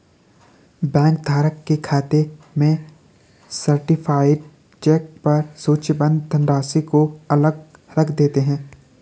bank धारक के खाते में सर्टीफाइड चेक पर सूचीबद्ध धनराशि को अलग रख देते हैं